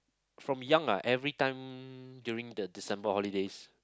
from young lah everytime during the December holidays